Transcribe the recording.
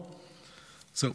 זהו,